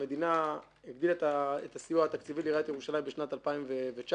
המדינה הגדילה את הסיוע התקציבי לעיריית ירושלים בשנת 2019,